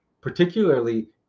particularly